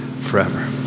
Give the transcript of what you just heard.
forever